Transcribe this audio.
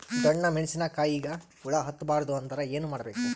ಡೊಣ್ಣ ಮೆಣಸಿನ ಕಾಯಿಗ ಹುಳ ಹತ್ತ ಬಾರದು ಅಂದರ ಏನ ಮಾಡಬೇಕು?